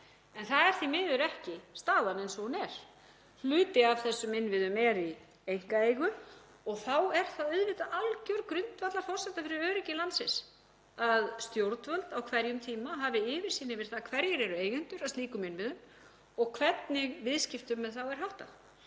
en það er því miður ekki staðan eins og hún er. Hluti af þessum innviðum er í einkaeigu og þá er það auðvitað algjör grundvallarforsenda fyrir öryggi landsins að stjórnvöld á hverjum tíma hafi yfirsýn yfir það hverjir eru eigendur að slíkum innviðum og hvernig viðskiptum við þá er háttað.